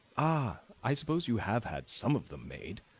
ah! i suppose you have had some of them made,